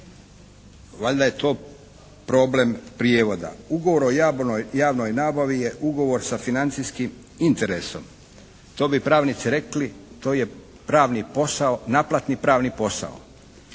Valjda je to problem prijevoda. Ugovor o javnoj nabavi je ugovor sa financijskih interesom. To bi pravnici rekli, to je pravni posao,